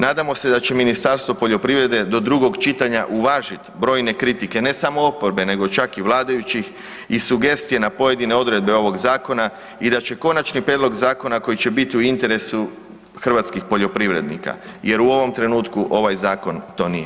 Nadamo se da će Ministarstvo poljoprivrede do drugog čitanja uvažit brojne kritike, ne samo oporbe nego čak i vladajućih i sugestije na pojene odredbe ovog zakona i da će konačni prijedlog zakona koji će biti u interesu hrvatskih poljoprivrednika jer u ovom trenutku ovaj zakon to nije.